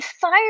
fire